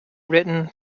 written